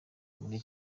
muri